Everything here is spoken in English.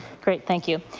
great. thank you.